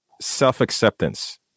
Self-acceptance